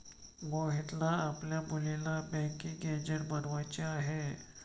मोहितला आपल्या मुलीला बँकिंग एजंट बनवायचे आहे